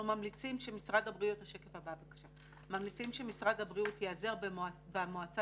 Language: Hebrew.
אנחנו ממליצים שמשרד הבריאות ייעזר במועצה